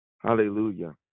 Hallelujah